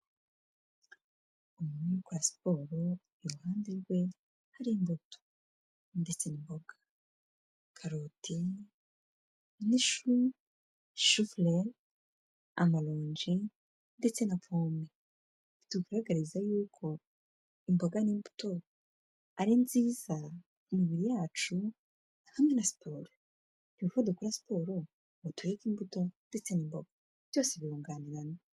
Umuntu uri gukora siporo, iruhande rwe hari imbuto ndetse n'imboga; karoti n'ishu, shufurere, amaronji, ndetse na pome. Bitugaragariza yuko imboga n'imbuto ari nziza imibiri yacu hamwe na sipora. Buri uko dukora siporo ntitureke tureke imbuto ndetse n'imboga byose birunganirana.